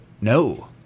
No